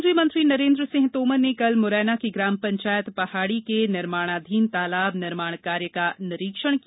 केंद्रीय मंत्री नरेंद्र सिंह तोमर ने कल म्रैना की ग्राम पंचायत पहाड़ी के निर्माणाधीन तालाब निर्माण कार्य का निरीक्षण किया